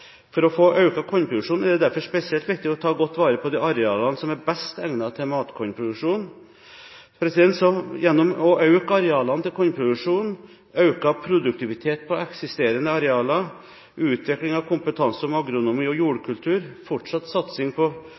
For å få økt kornproduksjon er det derfor spesielt viktig å ta godt vare på de arealene som er best egnet til matkornproduksjon. Gjennom å øke arealene til kornproduksjon, økt produktivitet på eksisterende arealer, utvikling av kompetanse om agronomi og jordkultur, fortsatt satsing på forskning og utvikling, fortsatt satsing